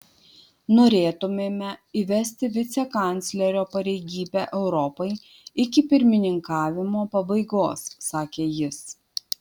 norėtumėme įvesti vicekanclerio pareigybę europai iki pirmininkavimo pabaigos sakė jis